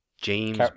james